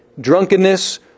drunkenness